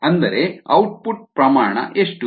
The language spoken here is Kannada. ಅಂದರೆ ಔಟ್ಪುಟ್ ಪ್ರಮಾಣ ಎಷ್ಟು